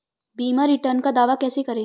बीमा रिटर्न का दावा कैसे करें?